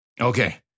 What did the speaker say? Okay